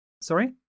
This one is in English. sorry